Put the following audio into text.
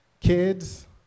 Kids